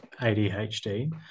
ADHD